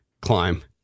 climb